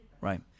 right